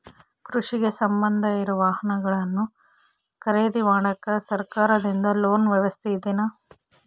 ಕೃಷಿಗೆ ಸಂಬಂಧ ಇರೊ ವಾಹನಗಳನ್ನು ಖರೇದಿ ಮಾಡಾಕ ಸರಕಾರದಿಂದ ಲೋನ್ ವ್ಯವಸ್ಥೆ ಇದೆನಾ?